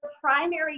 primary